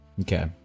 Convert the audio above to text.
okay